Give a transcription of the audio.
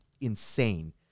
insane